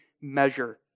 measure